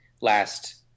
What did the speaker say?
last